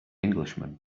englishman